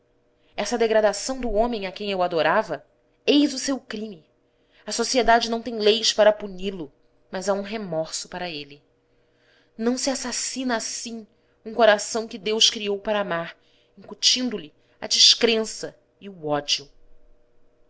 essa degradação do homem a quem eu adorava eis o seu crime a sociedade não tem leis para puni-lo mas há um remorso para ele não se assassina assim um coração que deus criou para amar incutindo lhe a descrença e o ódio